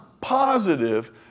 positive